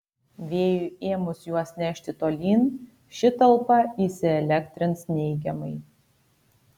vėjui ėmus juos nešti tolyn ši talpa įsielektrins neigiamai